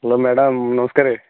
hello madam ନମସ୍କାର